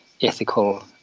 ethical